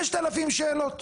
5,000 שאלות?